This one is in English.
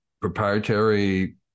proprietary